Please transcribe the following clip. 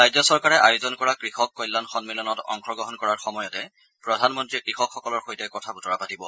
ৰাজ্য চৰকাৰে আয়োজন কৰা কৃষক কল্যাণ সন্মিলনত অংশগ্ৰহণ কৰাৰ সময়তে প্ৰধানমন্ত্ৰীয়ে কৃষকসকলৰ সৈতে কথা বতৰা পাতিব